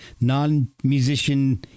non-musician